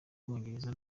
bwongereza